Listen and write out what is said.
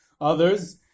others